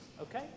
okay